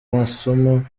masomo